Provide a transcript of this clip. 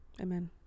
amen